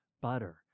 butter